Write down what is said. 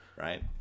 Right